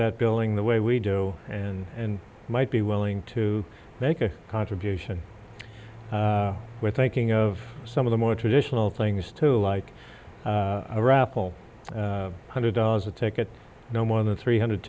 that building the way we do and might be willing to make a contribution we're thinking of some of the more traditional things too like a raffle a hundred dollars a ticket no more than three hundred